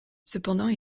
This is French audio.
cependant